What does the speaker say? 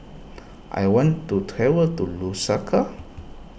I want to travel to Lusaka